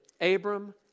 Abram